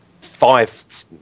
five